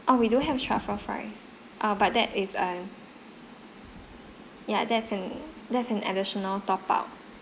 oh we do have truffle fries err but that is err yeah that's an that's an additional top up